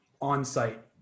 on-site